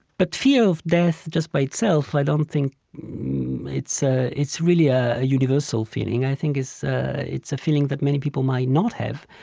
but fear of death, just by itself i don't think it's ah it's really a universal feeling. i think it's a feeling that many people might not have.